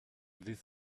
this